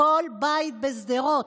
כל בית בשדרות,